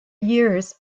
years